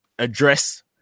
Address